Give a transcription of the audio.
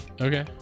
Okay